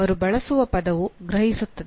ಅವರು ಬಳಸುವ ಪದವು ಗ್ರಹಿಸುತ್ತದೆ